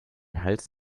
hals